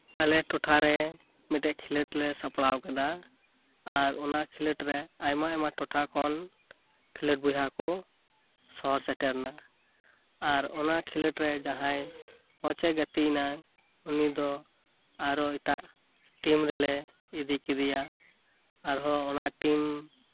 ᱟᱞᱮ ᱴᱚᱴᱷᱟᱨᱮ ᱢᱤᱫᱴᱮᱱ ᱠᱷᱤᱞᱳᱴ ᱞᱮ ᱥᱯᱲᱟᱣ ᱟᱠᱟᱫᱟ ᱟᱨ ᱚᱱᱟ ᱠᱷᱤᱞᱳᱴ ᱨᱮ ᱟᱭᱢᱟ ᱟᱭᱢᱟ ᱴᱚᱴᱷᱟᱠᱷᱚᱱ ᱠᱷᱤᱞᱳᱴ ᱵᱚᱭᱦᱟ ᱠᱚ ᱥᱚᱦᱚᱨ ᱥᱮᱴᱮᱨ ᱮᱱᱟ ᱟᱨ ᱚᱱᱟᱠᱷᱤᱞᱳᱴ ᱨᱮ ᱡᱟᱦᱟᱸᱭ ᱢᱚᱸᱡᱽ ᱮ ᱜᱟᱛᱤᱭᱮᱱᱟ ᱩᱱᱤᱫᱚ ᱟᱨᱚ ᱮᱴᱟᱜ ᱴᱤᱢ ᱨᱮᱞᱮ ᱤᱫᱤ ᱠᱮᱫᱮᱭᱟ ᱟᱨᱦᱚᱸ ᱚᱱᱟ ᱴᱤᱢ